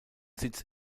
sitz